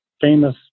famous